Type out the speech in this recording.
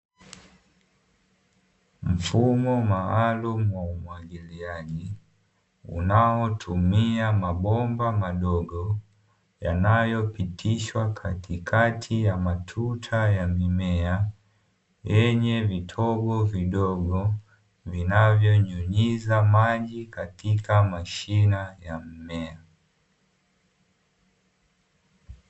Mfumo maalum wa umwagiliaji unaotumia mabomba madogo yanayopitishwa katikati ya matuta ya mimea, yenye vitobo vidogo vinavyonyunyiza maji katika mashina ya mmea.